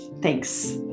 thanks